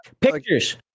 Pictures